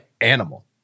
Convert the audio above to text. animal